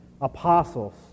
apostles